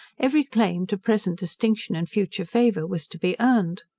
every claim to present distinction and future favour was to be earned.